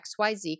XYZ